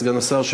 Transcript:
סגן השר,